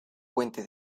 puente